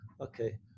okay